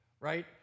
right